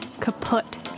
Kaput